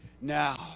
now